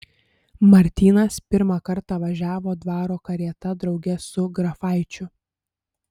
martynas pirmą kartą važiavo dvaro karieta drauge su grafaičiu